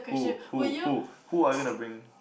who who who who are you going to bring